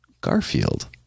Garfield